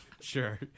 Sure